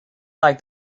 like